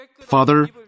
Father